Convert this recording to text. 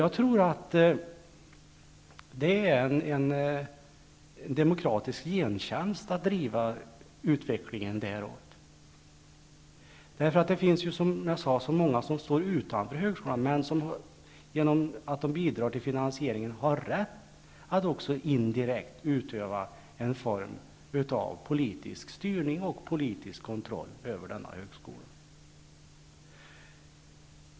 Jag tror att det är en demokratisk gentjänst att driva utvecklingen i den riktningen, eftersom det som jag sade finns så många som står utanför högskolan men som, genom att de bidrar till finansieringen, har rätt att också indirekt utöva en form av politisk styrning och politisk kontroll över denna högskola.